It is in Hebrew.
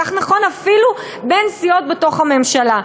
כך נכון אפילו בין סיעות בתוך הממשלה.